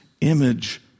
image